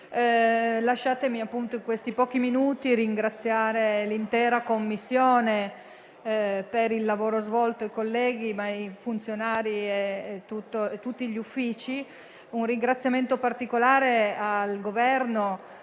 lasciatemi innanzitutto ringraziare l'intera Commissione bilancio per il lavoro svolto, i colleghi, i funzionari e tutti gli uffici. Un ringraziamento particolare va al Governo